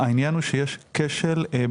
בנושא, אבל חברות